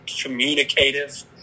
communicative